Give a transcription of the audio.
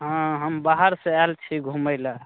हँ हम बाहरसँ आयल छी घूमय लेल